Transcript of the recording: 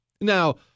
Now